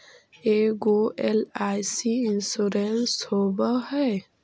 ऐगो एल.आई.सी इंश्योरेंस होव है?